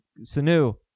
Sanu